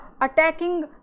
attacking